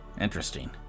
Interesting